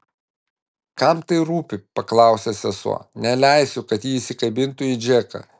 kam tai rūpi paklausė sesuo neleisiu kad ji įsikabintų į džeką